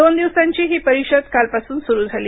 दोन दिवसांची ही परिषद कालपासून सुरू झाली